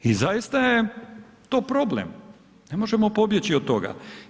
I zaista je to problem, ne možemo pobjeći do toga.